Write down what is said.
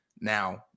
Now